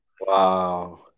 Wow